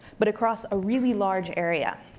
but across a really large area,